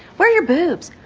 where are your boobs?